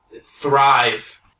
thrive